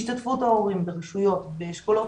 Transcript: השתתפות ההורים ברשויות באשכולות